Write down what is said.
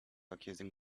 accusing